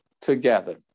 together